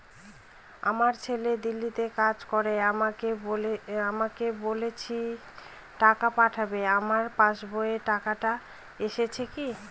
আমার ছেলে দিল্লীতে কাজ করে আমাকে বলেছিল টাকা পাঠাবে আমার পাসবইতে টাকাটা এসেছে কি?